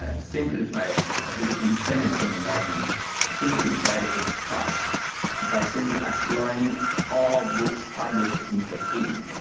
ah simplified this independent kenyan government simplified its task by simply outlawing all books published in peking.